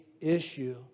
issue